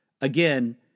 again